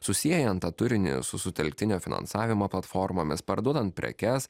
susiejant tą turinį su sutelktinio finansavimo platformomis parduodant prekes